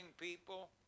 people